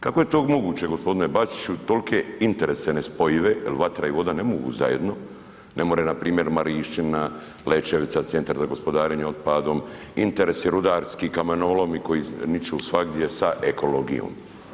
Kako je to moguće, g. Bačiću, tolike interese nespojive, jer vatra i voda ne mogu zajedno, ne more npr. Marišćina, Lećevica, centar za gospodarenje otpadom, interesi rudarski, kamenolomi koji niču svagdje sa ekologijom.